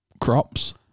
crops